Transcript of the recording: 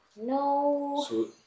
No